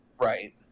Right